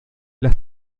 las